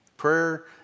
Prayer